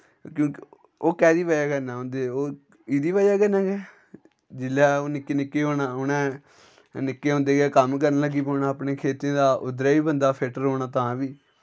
क्यूं ओह् कैह्दी वजह कन्नै होंदे ओह् एह्दी वजह कन्नै गै जिसलै ओह् निक्के निक्के होना उ'नें निक्के होंदे गै कम्म करन लग्गी पौना अपने खेतरें दा उद्धरा बी बंदा फिट रौह्ना तां बी